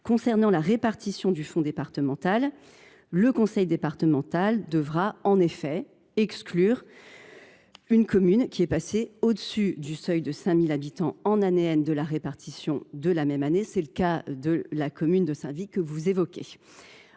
concerne la répartition du fonds départemental, le conseil départemental devra en effet exclure une commune passée au dessus du seuil de 5 000 habitants en année de la répartition au titre de la même année ; c’est le cas de la commune de Saint Vit, que vous évoquez,